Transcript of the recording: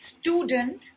student